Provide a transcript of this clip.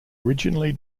originally